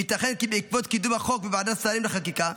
וייתכן כי בעקבות קידום החוק בוועדת שרים לחקיקה,